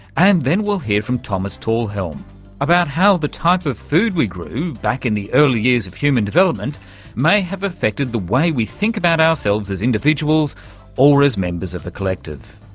and then we'll hear from thomas talhelm about how the type of food we grew back in the early years of human development may have affected the way we think about ourselves as individuals or as members of a collective.